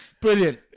brilliant